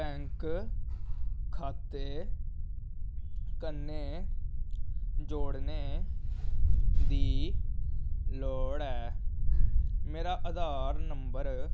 bank खाते कन्नै जोड़ने दी लोड़ ऐ मेरा आधार नंबर